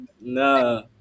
No